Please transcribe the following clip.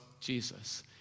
Jesus